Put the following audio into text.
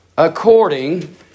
According